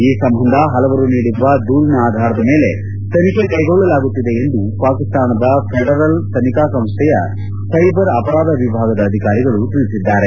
ಈ ಸಂಬಂದ ಹಲವರು ನೀಡಿರುವ ದೂರಿನ ಆಧಾರದ ಮೇಲೆ ತನಿಖೆ ಕೈಗೊಳ್ಲಲಾಗುತ್ತಿದೆ ಎಂದು ಪಾಕಿಸ್ತಾನದ ಫೆಡಲರ್ ತನಿಖಾ ಸಂಸ್ನೆಯ ಸೈಬರ್ ಅಪರಾಧ ವಿಭಾಗದ ಅಧಿಕಾರಿಗಳು ತಿಳಿಸಿದ್ದಾರೆ